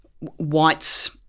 whites